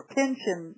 pension